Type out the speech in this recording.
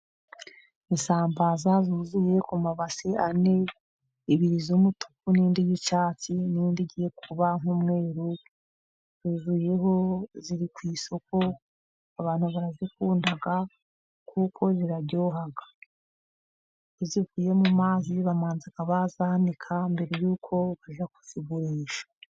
Isambaza zuzuye mu mabase ane . Ebyiri z'umutuku n'indi y'icyatsi , n'indi igiye kuba nk'umweru zuzuyemo. Ziri ku isoko abantu barazikunda. kuko ziraryoha. Iyo zivuye mu mazi, babanza bazanika , mbere y'uko bajya kuzigurisha.